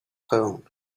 phone